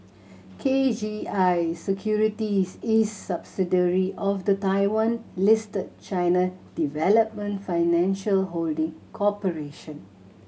K G I Securities is subsidiary of the Taiwan Listed China Development Financial Holding Corporation